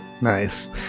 nice